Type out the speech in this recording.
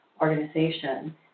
organization